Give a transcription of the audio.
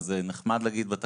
נחמד להגיד שזה בתקנות,